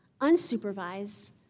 unsupervised